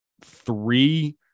three –